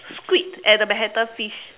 squid at the Manhattan fish